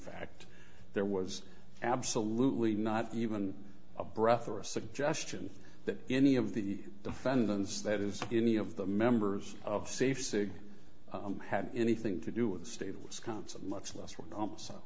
fact there was absolutely not even a breath or a suggestion that any of the defendants that is any of the members of safe sig had anything to do with the state of wisconsin much less w